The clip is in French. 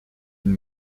une